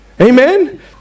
amen